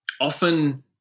often